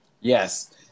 Yes